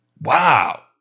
Wow